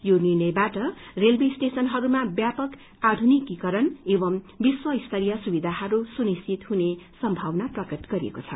यो निर्णयबाट रेलवे स्टेशनहरूमा व्यपक आधुनिकरण एवं विश्वस्तरीय सुविधाहरू सुनिश्चित हुने सम्भावना प्रकट गरिएको छ